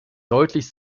deutlich